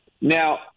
Now